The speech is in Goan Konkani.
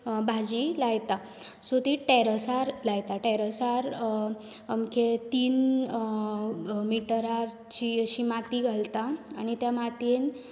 भाजी लायता सो तीं टेरॅसार लायता टेरॅसार अमके तीन मिटराची अशी माती घालता आनी ते मातयेंत